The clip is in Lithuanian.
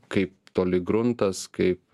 kaip toli gruntas kaip